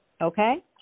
Okay